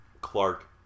Clark